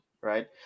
Right